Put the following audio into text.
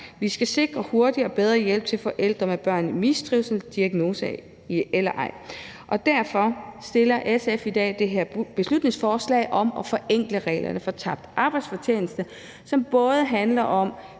Vi skal sikre hurtig og bedre hjælp til forældre med børn i mistrivsel – diagnose eller ej. Derfor kommer SF i dag med det her beslutningsforslag om at forenkle reglerne for tabt arbejdsfortjeneste, som både handler om